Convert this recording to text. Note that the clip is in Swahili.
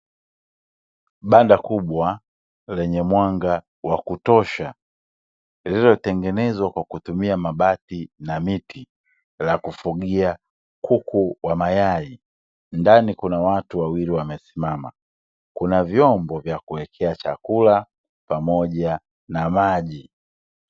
Banda kubwa lenye mwanga wa kutosha, lililotengenezwa kwa kutumia mabati na miti la kufugia kuku wa mayai, ndani kuna watu wawili wamesimama kuna vyombo vya kuwekea chakula pamoja na maji.